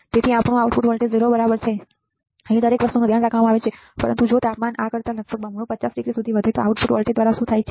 તેથી આપણું output voltage 0 બરાબર છે દરેક વસ્તુનું ધ્યાન રાખવામાં આવે છે પરંતુ જો તાપમાન આ કરતા લગભગ બમણું 50 ડિગ્રી સુધી વધે તો આઉટપુટ વોલ્ટેજ દ્વારા શું થાય છે